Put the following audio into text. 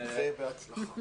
ובהצלחה.